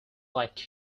like